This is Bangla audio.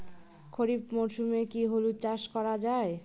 খরিফ মরশুমে কি হলুদ চাস করা য়ায়?